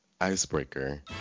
Icebreaker